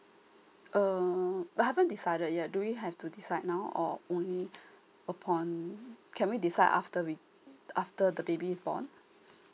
um I haven't decided yet do we have to decide now or only upon can we decide after we after the baby's born